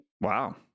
wow